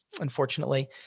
Unfortunately